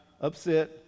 upset